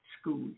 school